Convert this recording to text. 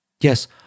Yes